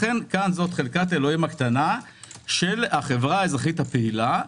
לכן זו חלקת אלוהים הקטנה של החברה האזרחית הפעילה.